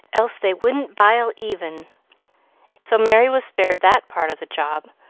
else they wouldn't bile even so merry was spared that part of the job,